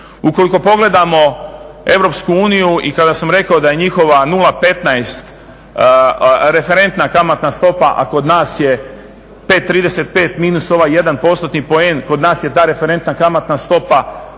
Ukoliko pogledamo EU i kada sam rekao da je njihova 0,15 referentna kamatna stopa a kod nas je 5,35 minus ovaj jedan postotni poen, kod nas je ta referentna kamatna stopa